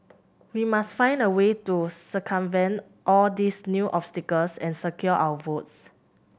we must find a way to circumvent all these new obstacles and secure our votes